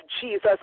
Jesus